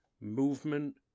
movement